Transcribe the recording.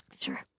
Sure